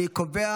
אני קובע